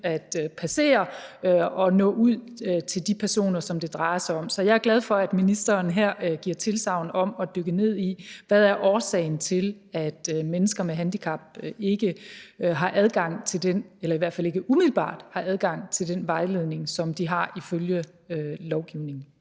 at passere og dermed nå ud til de personer, som det drejer sig om. Så jeg er glad for, at ministeren her giver tilsagn om at dykke ned i, hvad årsagen er til, at mennesker med handicap ikke har adgang til, i hvert fald ikke umiddelbart, den vejledning, som de skal have ifølge lovgivningen.